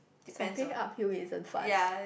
cycling uphill isn't fun